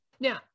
Now